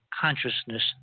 consciousness